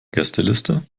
gästeliste